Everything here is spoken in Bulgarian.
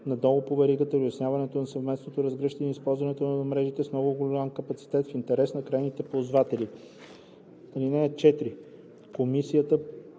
надолу по веригата и улесняването на съвместното разгръщане и използване на мрежите с много голям капацитет в интерес на крайните ползватели. (4) Комисията